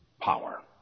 Power